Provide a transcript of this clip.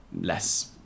less